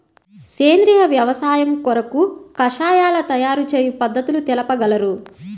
సేంద్రియ వ్యవసాయము కొరకు కషాయాల తయారు చేయు పద్ధతులు తెలుపగలరు?